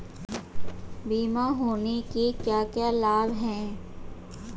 बीमा होने के क्या क्या लाभ हैं?